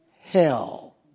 hell